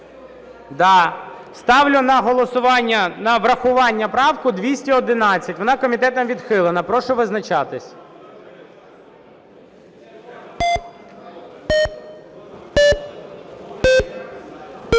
голосування на врахування правку 211. Вона комітетом відхилена. Прошу визначатись.